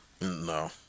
No